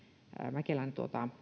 mäkelän